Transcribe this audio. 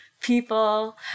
people